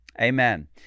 Amen